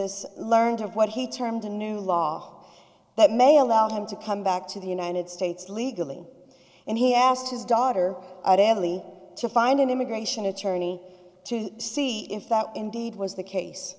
us learned of what he termed a new law that may allow him to come back to the united states legally and he asked his daughter to find an immigration attorney to see if that indeed was the case